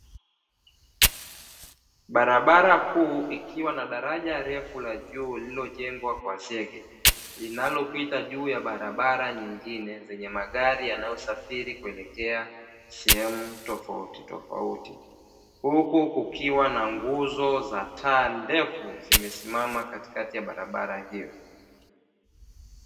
Barabara kuu ikiwa na daraja refu la juu lililojengwa kwa zege, linalopita juu ya barabara nyingine zenye magari yanayosafiri kuelekea sehemu tofauti tofauti. Huku kukiwa na nguzo za taa ndefu zimesimama katikati ya barabara hiyo.